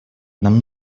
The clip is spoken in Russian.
нам